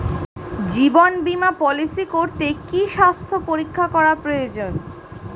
জীবন বীমা পলিসি করতে কি স্বাস্থ্য পরীক্ষা করা প্রয়োজন?